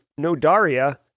Nodaria